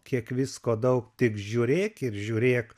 kiek visko daug tik žiūrėk ir žiūrėk